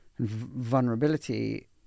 vulnerability